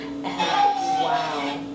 Wow